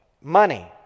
money